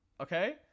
okay